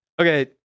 Okay